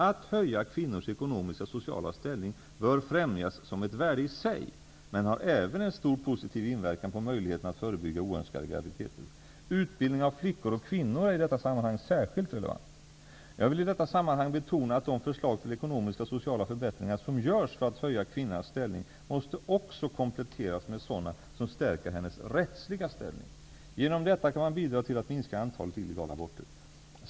Att höja kvinnors ekonomiska och sociala ställning bör främjas som ett värde i sig, men har även en stor positiv inverkan på möjligheten att förebygga oönskade graviditeter. Utbildning av flickor och kvinnor är i detta sammanhang särskilt relevant. Jag vill i detta sammanhang betona att de förslag till ekonomiska och sociala förbättringar som görs för att höja kvinnans ställning också måste kompletteras med sådana som stärker hennes rättsliga ställning. Genom detta kan man bidra till att minska antalet illegala aborter.